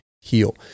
heal